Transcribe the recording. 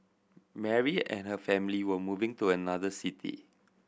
Mary and her family were moving to another city